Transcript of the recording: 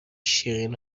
شیرین